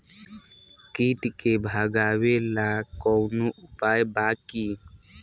कीट के भगावेला कवनो उपाय बा की?